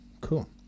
Cool